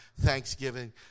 Thanksgiving